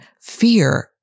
fear